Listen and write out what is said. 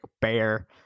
bear